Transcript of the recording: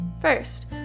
First